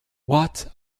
what